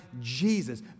jesus